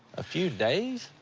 a few days?